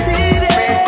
City